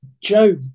joe